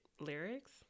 lyrics